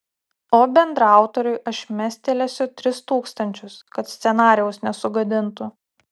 o bendraautoriui aš mestelėsiu tris tūkstančius kad scenarijaus nesugadintų